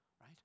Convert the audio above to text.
right